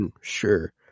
Sure